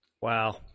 Wow